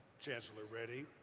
chancellor reddy,